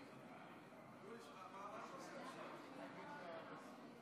61. לפיכך, הצעת חוק שירות ביטחון (תיקון מס' 7)